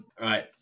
right